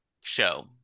show